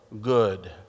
good